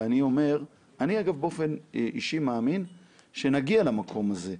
אני אגב באופן אישי מאמין שנגיע למקום הזה,